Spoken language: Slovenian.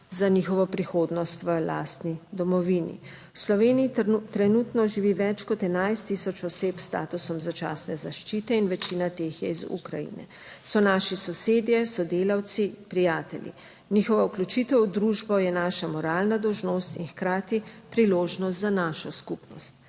za njihovo prihodnost v lastni domovini. V Sloveniji trenutno živi več kot 11000 oseb s statusom začasne zaščite in večina teh je iz Ukrajine. So naši sosedje, sodelavci, prijatelji. Njihova vključitev v družbo je naša moralna dolžnost in hkrati priložnost za našo skupnost.